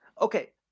Okay